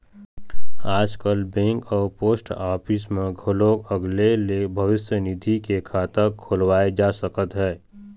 आजकाल बेंक अउ post office म घलोक अलगे ले भविस्य निधि के खाता खोलाए जा सकत हे